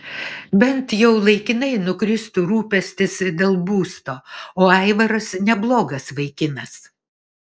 bent jau laikinai nukristų rūpestis dėl būsto o aivaras neblogas vaikinas